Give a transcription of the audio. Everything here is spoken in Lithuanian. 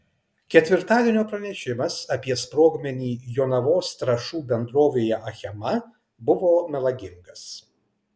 ketvirtadienio pranešimas apie sprogmenį jonavos trąšų bendrovėje achema buvo melagingas